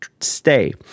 stay